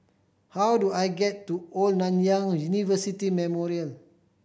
how do I get to Old Nanyang University Memorial